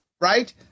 right